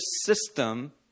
system